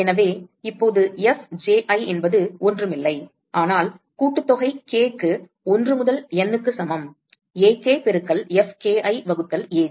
எனவே இப்போது Fji என்பது ஒன்றுமில்லை ஆனால் கூட்டுத்தொகை k க்கு 1 முதல் N க்கு சமம் Ak பெருக்கல் Fki வகுத்தல் Aj